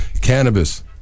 cannabis